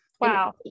Wow